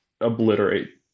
obliterate